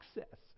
access